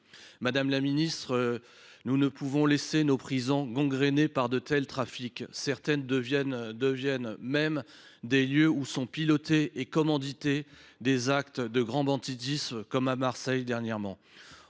Madame la ministre, nous ne pouvons laisser nos prisons gangrenées par les trafics. Certaines d’entre elles deviennent même les lieux d’où sont pilotés et commandités des actes de grand banditisme, comme à Marseille dernièrement.